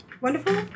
wonderful